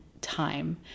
time